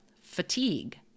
fatigue